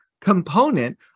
component